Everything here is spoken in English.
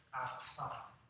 outside